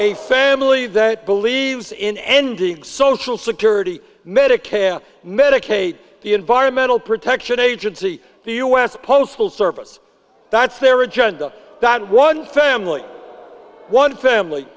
a family that believes in ending social security medicare medicaid the environmental protection agency the u s postal service that's their agenda that one family one family